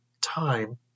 time